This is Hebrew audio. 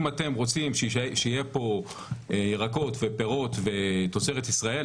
אם אתם רוצים שיהיו פה ירקות ופירות ותוצרת ישראל,